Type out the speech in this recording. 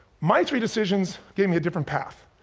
my three decisions gave me a different path.